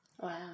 Wow